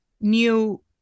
new